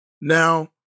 Now